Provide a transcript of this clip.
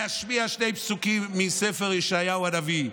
להשמיע שני פסוקים מספר ישעיהו הנביא: